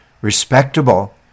respectable